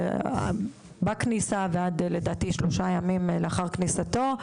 בכניסה ועד שלושה ימים לאחר כניסתו,